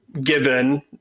given